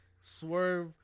Swerve